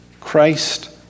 Christ